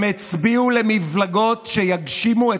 הרי אתם יודעים שיש עוד גוף אחד שממנה נציגים,